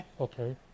Okay